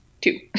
two